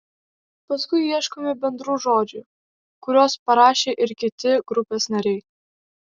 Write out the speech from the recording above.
paskui ieškome bendrų žodžių kuriuos parašė ir kiti grupės nariai